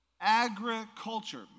agriculture